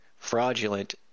fraudulent